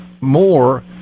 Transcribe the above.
more